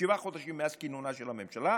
שבעה חודשים מאז כינונה של הממשלה,